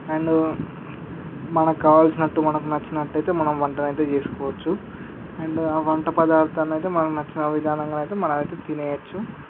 and మనకు కావలసినట్టు మనకు నచ్చినట్లు అయితే మనం వంటని అయితే చేసుకోవచ్చు అండ్ ఆ వంట పధార్దాన్ని అయితే మనకు నచ్చిన విధానంగా నయితే మనం అయితే తినేయవచ్చు